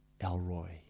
Elroy